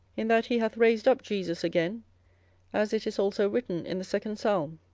in that he hath raised up jesus again as it is also written in the second psalm,